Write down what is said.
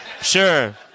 Sure